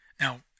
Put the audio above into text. Now